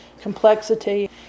complexity